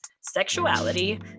sexuality